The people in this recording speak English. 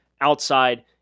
outside